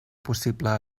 possible